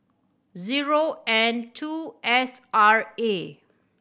zero N two S R A